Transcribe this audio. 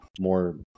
more